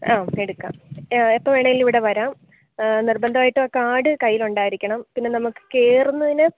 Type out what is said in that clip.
ആ എടുക്കാം എപ്പ വേണമെങ്കിലും ഇവിടെ വരാം നിർബന്ധമായിട്ടും ആ കാർഡ് കൈയിൽ ഉണ്ടായിരിക്കണം പിന്നെ നമുക്ക് കയറുന്നതിന്